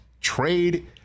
trade